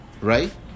right